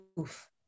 oof